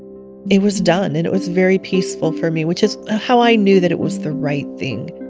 it was done and it was very peaceful for me which is how i knew that it was the right thing.